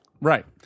Right